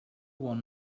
one